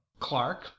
clark